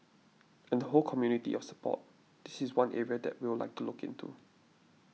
and the whole community of support this is one area that we'll like to look into